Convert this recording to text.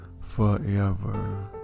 forever